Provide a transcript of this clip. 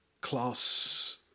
class